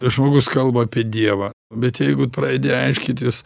žmogus kalba apie dievą bet jeigu pradedi aiškitis